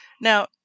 Now